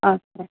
సరే